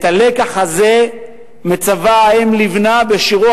את הלקח הזה מצווה האם לבנה בשירו